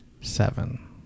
seven